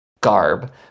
garb